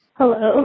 Hello